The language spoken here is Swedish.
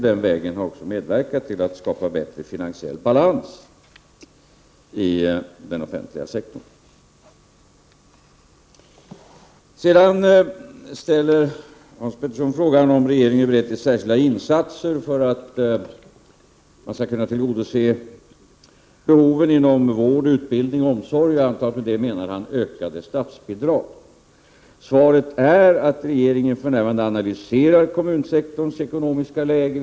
Den vägen har också medverkat till att skapa bättre finansiell balans i den offentliga sektorn. Hans Petersson ställde vidare frågan om regeringen är beredd till särskilda insatser för att man skall kunna tillgodose behoven inom vård, utbildning och omsorg. Jag antar att han med det menar ökade statsbidrag. Svaret är att regeringen för närvarande analyserar kommunsektorns ekonomiska läge.